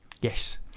Yes